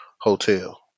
hotel